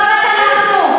לא רק אנחנו.